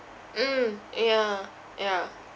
mm yeah yeah